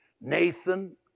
Nathan